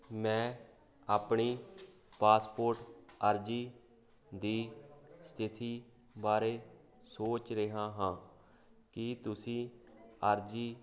ਮੈਂ ਆਪਣੀ ਪਾਸਪੋਰਟ ਅਰਜ਼ੀ ਦੀ ਸਥਿਤੀ ਬਾਰੇ ਸੋਚ ਰਿਹਾ ਹਾਂ ਕੀ ਤੁਸੀਂ ਅਰਜ਼ੀ